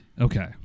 Okay